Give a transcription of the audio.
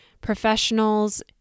professionals